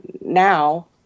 now